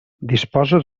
disposa